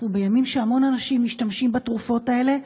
אנחנו בימים שהמון אנשים משתמשים בתרופות האלה,